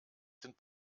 sind